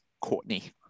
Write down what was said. Courtney